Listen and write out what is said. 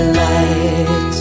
light